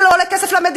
זה לא עולה כסף למדינה,